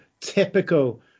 typical